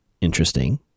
Interesting